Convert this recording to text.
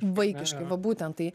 vaikiškai va būtent tai